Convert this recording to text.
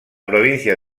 provincia